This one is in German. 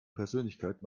persönlichkeit